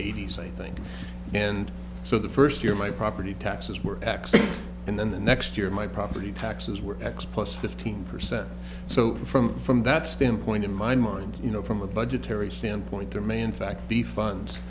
eighty's i think and so the first year my property taxes were x and then the next year my property taxes were x plus fifteen percent so from from that standpoint in my mind you know from a budgetary standpoint there may in fact be funds